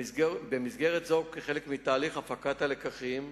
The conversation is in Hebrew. במסגרת זו, וכחלק מתהליך הפקת הלקחים,